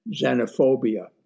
xenophobia